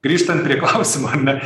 grįžtant prie klausimo ar ne